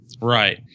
right